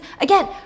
again